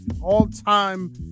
all-time